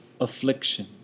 affliction